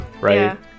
right